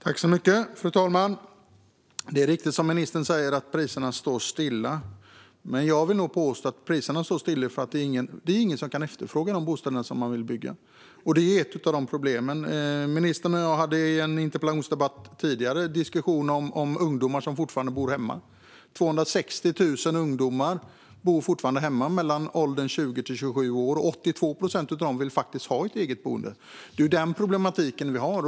Fru talman! Det är riktigt som ministern säger: att priserna står stilla. Men jag vill nog påstå att priserna står stilla för att det inte är någon som kan efterfråga de bostäder som man vill bygga. Det är ett av problemen. Ministern och jag hade i en tidigare interpellationsdebatt en diskussion om ungdomar som fortfarande bor hemma. 260 000 ungdomar i åldern 20-27 år bor fortfarande hemma. 82 procent av dem vill faktiskt ha ett eget boende. Det är den problematiken vi har.